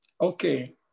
okay